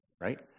right